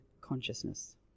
consciousness